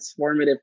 transformative